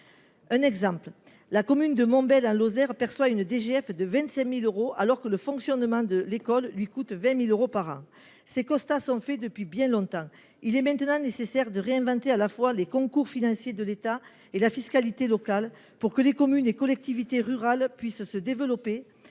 Un exemple : la commune de Mumbai, la Lozère, perçoit une DGF de 25000 euros alors que le fonctionnement de l'école lui coûte 20000 euros par un C. Costa sont faits depuis bien longtemps, il est maintenant nécessaire de réinventer, à la fois les concours financiers de l'État et la fiscalité locale pour que les communes et collectivités rurales puissent se développer,